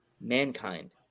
Mankind